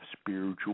spiritual